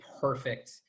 perfect